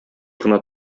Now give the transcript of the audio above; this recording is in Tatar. гына